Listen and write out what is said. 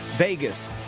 Vegas